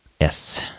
Yes